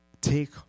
Take